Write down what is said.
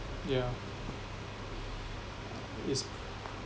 yeah it's